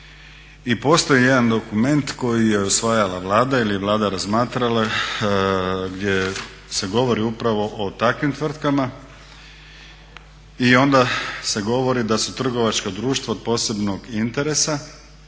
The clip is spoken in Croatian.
I postoji jedan dokument koji je usvajala Vlada jer je Vlada razmatrala gdje se govori upravo o takvim tvrtkama i onda se govori da su trgovačka društva od posebnog interesa,